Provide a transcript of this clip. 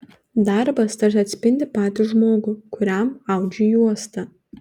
darbas tarsi atspindi patį žmogų kuriam audžiu juostą